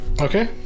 Okay